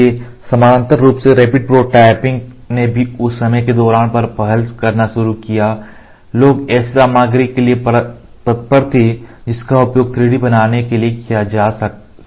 इसलिए समानांतर रूप से रैपिड प्रोटोटाइपिंग ने भी उस समय के दौरान पहल करना शुरू किया लोग ऐसी सामग्री के लिए तत्पर थे जिसका उपयोग 3D बनाने के लिए किया जा सके